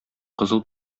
кызыл